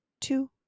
two